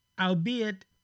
albeit